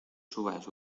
subas